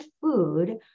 food